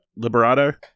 Liberato